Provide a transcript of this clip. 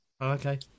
Okay